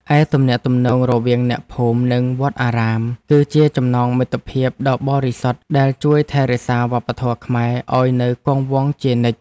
ឯទំនាក់ទំនងរវាងអ្នកភូមិនិងវត្តអារាម គឺជាចំណងមិត្តភាពដ៏វិសុទ្ធដែលជួយថែរក្សាវប្បធម៌ខ្មែរឱ្យនៅគង់វង្សជានិច្ច។